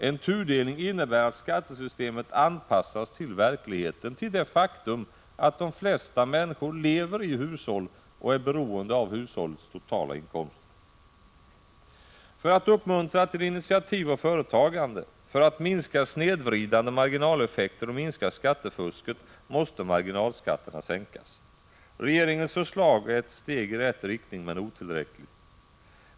En tudelning innebär att skattesystemet anpassas till verkligheten, till det faktum att de flesta människor lever i hushåll och är beroende av hushållets totala inkomst. —- För att uppmuntra till initiativ och företagande, för att minska snedvridande marginaleffekter och skattefusket måste marginalskatterna sänkas. Regeringens förslag är ett steg i rätt riktning men otillräckligt.